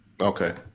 okay